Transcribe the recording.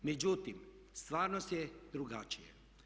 Međutim, stvarnost je drugačija.